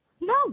No